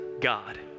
God